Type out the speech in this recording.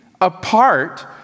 apart